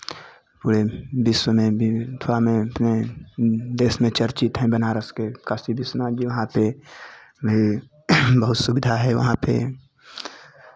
पूरे विश्व में भी अथवा में अपने देश में चर्चित हैं बनारस के काशी विश्वनाथ जी वहाँ पे भी बहुत सुविधा है वहाँ पे